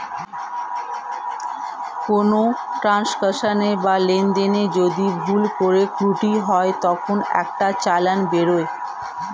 কোনো ট্রান্সাকশনে বা লেনদেনে যদি ভুল করে ত্রুটি হয় তখন একটা চালান বেরোয়